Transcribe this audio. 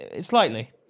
Slightly